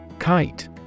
Kite